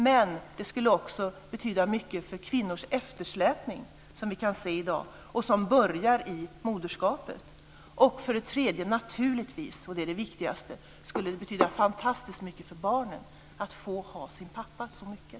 Men det skulle också betyda mycket för den eftersläpning för kvinnor som vi kan se i dag och som börjar i moderskapet. Dessutom - och det är det viktigaste - skulle det betyda fantastiskt mycket för barnet att få ha sin pappa så mycket.